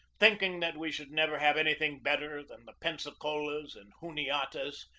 thinking that we should never have anything better than the pensa colas and juniatas,